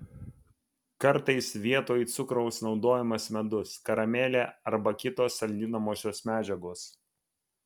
kartais vietoj cukraus naudojamas medus karamelė arba kitos saldinamosios medžiagos